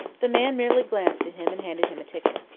the man merely glanced at him and handed him a ticket.